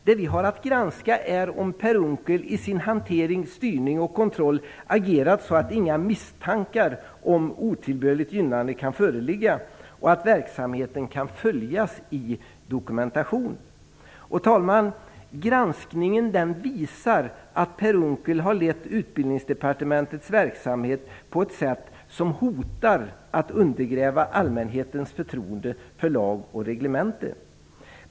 Det vi har att granska är om Per Unckel i sin hantering, styrning och kontroll agerat så att inga misstankar om otillbörligt gynnande kan föreligga, och så att verksamheten kan följas i dokumentation. Och, herr talman, granskningen visar att Per Unckel har lett Utbildningsdepartementets verksamhet på ett sätt som hotar att undergräva allmänhetens förtroende för lag och reglemente.